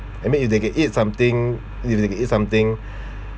I mean if they can eat something I mean if they can eat something